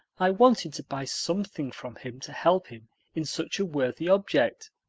i wanted to buy something from him to help him in such a worthy object.